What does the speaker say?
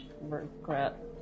regret